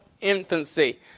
infancy